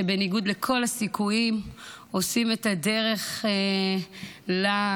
שבניגוד לכל הסיכויים עושים את הדרך לצה"ל.